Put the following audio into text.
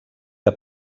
que